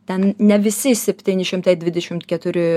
ten ne visi septyni šimtai dvidešimt keturi